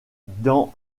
dans